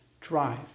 drive